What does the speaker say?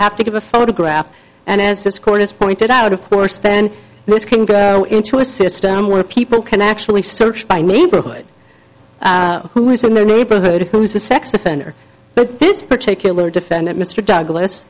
have to give a photograph and as this court has pointed out of course then most can go into a system where people can actually search by neighborhood who is in their neighborhood who is a sex offender but this particular defendant mr douglas